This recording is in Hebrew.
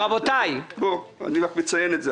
אני רק מציין את זה.